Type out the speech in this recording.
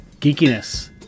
geekiness